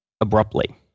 abruptly